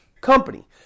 company